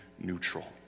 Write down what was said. neutral